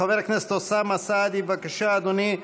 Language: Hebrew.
חבר הכנסת אוסאמה סעדי, בבקשה, אדוני.